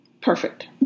Perfect